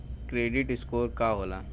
Credit score का होला?